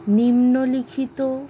নিম্নলিখিত